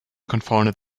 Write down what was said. confounded